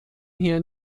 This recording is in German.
hier